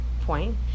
point